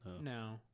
No